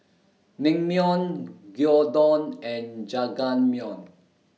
Naengmyeon Gyudon and Jajangmyeon